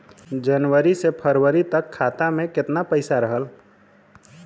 जनवरी से फरवरी तक खाता में कितना पईसा रहल?